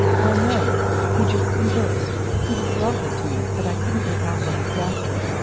why, no he just conversed. he was lovely to me, but i couldn't make out what he was after,